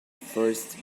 first